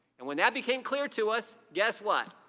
and when that became clear to us, guess what,